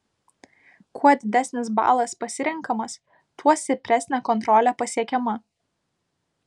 kuo didesnis balas pasirenkamas tuo stipresnė kontrolė pasiekiama